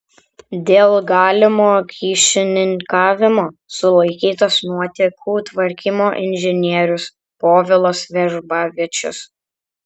dėl galimo kyšininkavimo sulaikytas nuotėkų tvarkymo inžinierius povilas vežbavičius